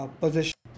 position